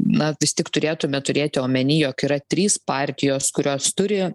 na vis tik turėtume turėti omeny jog yra trys partijos kurios turi